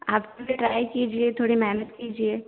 आप खुद ट्राई कीजिए थोड़ी मेहनत कीजिए